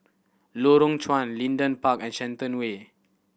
Lorong Chuan Leedon Park and Shenton Way